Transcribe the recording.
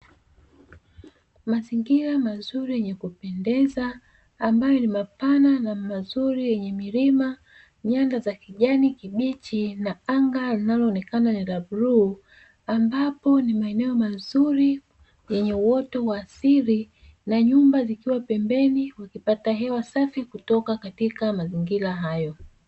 Mazingira mazuri yenye kupendeza ambayo ni mapana na mazuri yenye milima, nyanda za kijani kibichi na anga linaloonekana ni la bluu; ambapo ni maeneo mazuri yenye uoto wa asili na nyumba zikiwa pembeni zikipata hewa safi kutoka katika mazingira hayo.